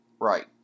Right